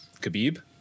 Khabib